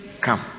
Come